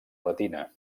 retina